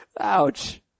Ouch